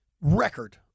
record